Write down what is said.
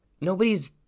nobody's